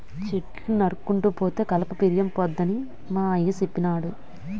చెట్లు నరుక్కుంటూ పోతే కలప పిరియంపోద్దని మా అయ్య సెప్పినాడు